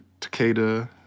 Takeda